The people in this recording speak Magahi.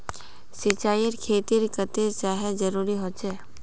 सिंचाईर खेतिर केते चाँह जरुरी होचे?